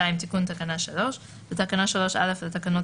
תיקון תקנה 3 2.בתקנה 3(א) לתקנות